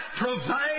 provide